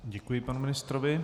Děkuji panu ministrovi.